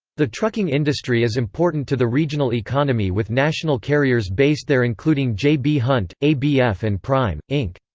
the trucking industry is important to the regional economy with national carriers based there including j. b. hunt, abf and prime, inc.